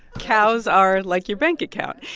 cows are like your bank account.